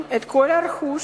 פעם שנייה בחייהם, את כל הרכוש